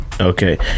Okay